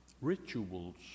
rituals